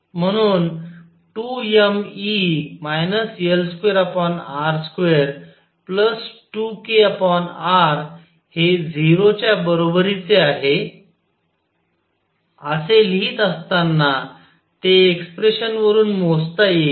म्हणून 2mE L2r22kr हे 0 च्या बरोबरीचे आहे असे लिहीत असताना ते एक्स्प्रेशन वरून मोजता येईल